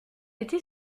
était